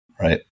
Right